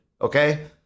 okay